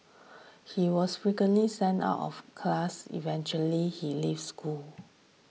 he was frequently sent out of class eventually he leave school